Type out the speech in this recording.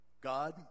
God